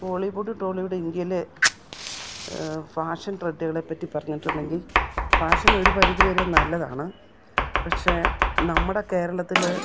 Bollywood Tollywood ഇന്ത്യയിലെ fashion ട്രെൻ്റുകളെപ്പറ്റി പറഞ്ഞിട്ടുണ്ടെങ്കിൽ ഫാഷനൊരു പരിധി വരെ നല്ലതാണ് പക്ഷെ നമ്മുടെ കേരളത്തിൽ